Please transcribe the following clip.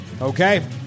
Okay